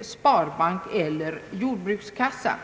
sparbank eller jordbrukskassa.